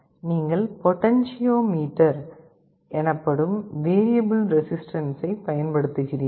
நீங்கள் பொட்டென்சியோமீட்டர் எனப்படும் வேரியபில் ரெசிஸ்டன்ஸை பயன்படுத்துகிறீர்கள்